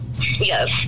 Yes